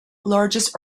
largest